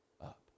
up